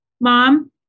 mom